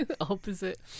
opposite